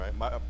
right